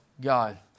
God